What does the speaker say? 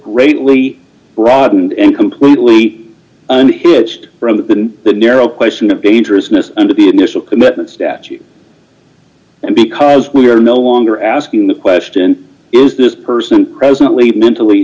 greatly broadened and completely unhitched for other than the narrow question of dangerousness under the initial commitment statute and because we are no longer asking the question is this person presently mentally